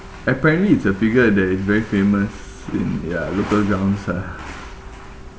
apparently it's a figure that is very famous in ya local gov~ site